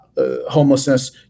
homelessness